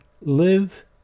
Live